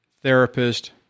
therapist